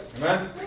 Amen